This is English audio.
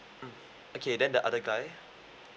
mm okay then the other guy